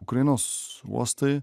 ukrainos uostai